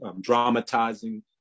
dramatizing